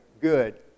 good